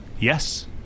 Yes